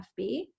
FB